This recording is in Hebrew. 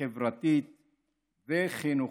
חברתית וחינוכית.